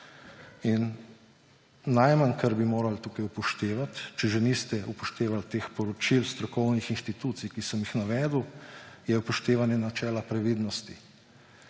najmanj kar bi morali tukaj upoštevati, če že niste upoštevali teh poročil strokovnih institucij, ki sem jih navedel, je upoštevanje načela previdnosti.